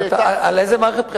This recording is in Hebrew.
היא היתה, על איזה מערכת בחירות?